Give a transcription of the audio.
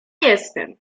jestem